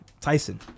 Tyson